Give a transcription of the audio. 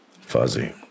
fuzzy